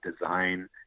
design